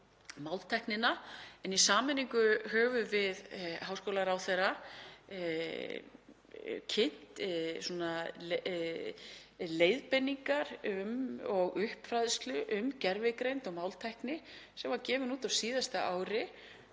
máltæknina en í sameiningu höfum við háskólaráðherra kynnt leiðbeiningar og uppfræðslu um gervigreind og máltækni sem var gefin út á síðasta ári.